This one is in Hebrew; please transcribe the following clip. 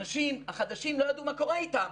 האנשים החדשים לא ידעו מה קורה איתם,